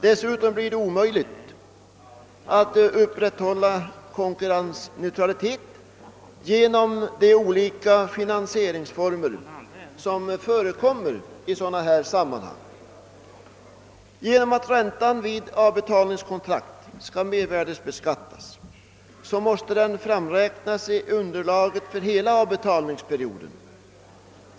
Dessutom blir det omöjligt att upprätthålla konkurrensneutralitet genom de olika finansieringsformer som förekommer i sådana här sammanhang. kontrakt skall mervärdebeskattas måste den framräknas i underlaget för hela avbetalningsperioden.